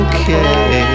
Okay